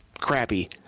crappy